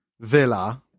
Villa